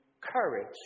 courage